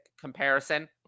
comparison